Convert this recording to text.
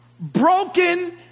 Broken